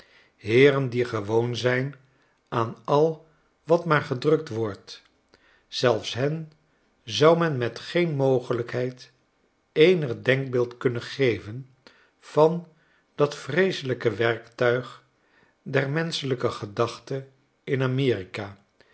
heeren die gewoon zijn aan al wat maar gedrukt wordt zelfs hen zou men met geen mogelijkheid eenig denkbeeld kunnen geven van dat vreeselijk werktuig der menschelijke gedachte in amerika